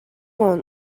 one